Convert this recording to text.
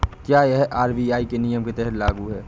क्या यह आर.बी.आई के नियम के तहत लागू है?